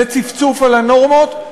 זה צפצוף על הנורמות,